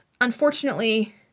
unfortunately